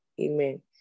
Amen